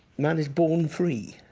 man is born free,